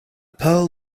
pearl